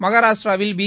மகராஷ்டிராவில் B